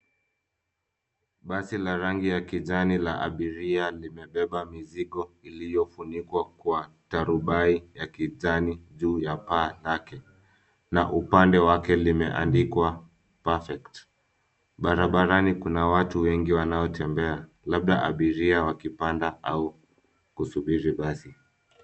Basi la rangi ya kijani la abiria linabeba mizigo iliyofunikwa kwa turubai ya kijani juu ya paa lake na upande wake limeandikwa perfect . Barabarani kuna watu wengi wanaotembea, labda abiria wakipanda au kusubiri basi.